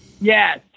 Yes